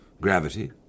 Gravity